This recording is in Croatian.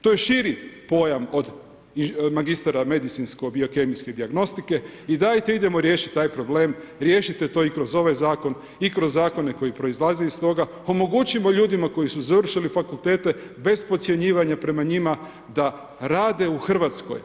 To je širi pojam od magistara medicinsko-laboratorijske dijagnostike i dajte idemo riješiti taj problem, riješite to i kroz ovaj zakon i kroz zakone koji proizlaze iz toga, omogućimo ljudima koji su završili fakultete bez podcjenjivanja prema njima da rade u Hrvatskoj.